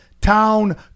Town